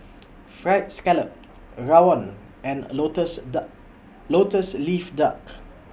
Fried Scallop Rawon and Lotus Lotus Leaf Duck